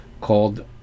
called